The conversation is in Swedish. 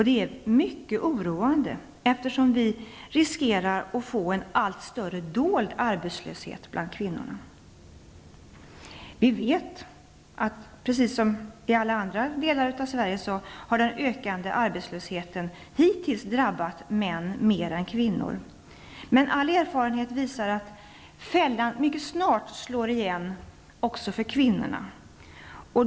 Det är mycket oroande, eftersom vi riskerar att få en allt större dold arbetslöshet bland kvinnorna. Vi vet att den ökande arbetslösheten här, precis som i alla andra delar av Sverige, hittills drabbat män mer än kvinnor, men all erfarenhet visar att fällan mycket snart slår igen också för kvinnorna.